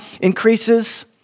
increases